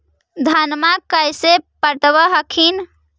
धन्मा कैसे पटब हखिन?